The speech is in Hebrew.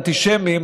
אנטישמים,